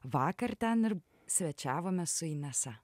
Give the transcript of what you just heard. vakar ten ir svečiavomės su inesa